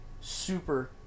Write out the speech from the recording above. Super